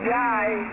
die